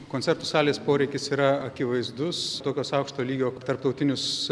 koncertų salės poreikis yra akivaizdus tokios aukšto lygio tarptautinius